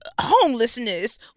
homelessness